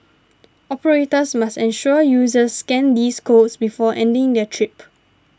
operators must ensure users scan these codes before ending their trip